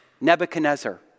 Nebuchadnezzar